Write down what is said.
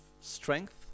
strength